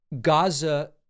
Gaza